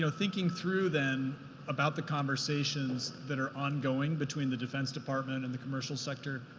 so thinking through then about the conversations that are ongoing between the defense department and the commercial sector.